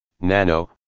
Nano